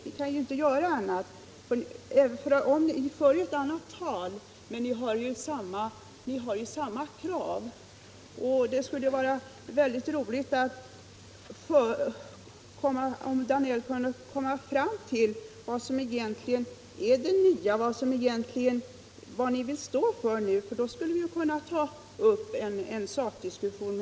Vi kan inte göra annat. Ni för ett annat tal nu, men ni har samma krav. Det skulle vara roligt om herr Danell kunde tala om vad som är det nya, vad ni vill stå för nu. Då skulle vi kunna ta upp en sakdiskussion.